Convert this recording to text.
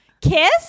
kiss